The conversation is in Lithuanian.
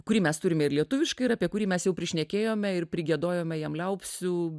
kurį mes turime ir lietuviškai ir apie kurį mes jau prišnekėjome ir prigiedojome jam liaupsių